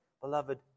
beloved